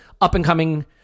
up-and-coming